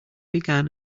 began